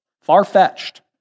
far-fetched